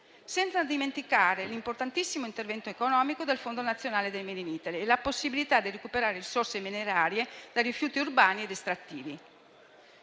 senza dimenticare l'importantissimo intervento economico del Fondo nazionale del made in Italy e la possibilità di recuperare risorse minerarie dai rifiuti urbani ed estrattivi.